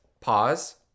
Pause